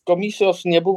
komisijos nebuvo